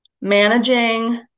managing